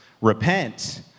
repent